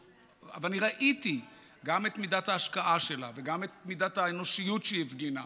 ואני ראיתי גם את מידת ההשקעה שלה וגם את מידת האנושיות שהיא הפגינה,